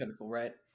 right